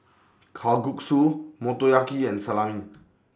Kalguksu Motoyaki and Salami